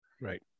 right